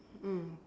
mm